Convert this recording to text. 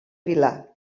vilà